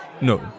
No